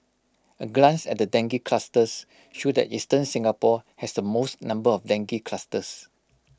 A glance at the dengue clusters show that eastern Singapore has the most number of dengue clusters